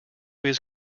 his